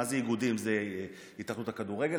איגודים זה התאחדות הכדורגל,